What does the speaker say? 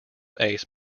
ace